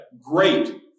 great